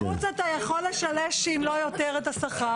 בחוץ אתה יכול לשלש, אם לא יותר, את השכר.